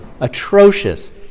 atrocious